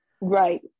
Right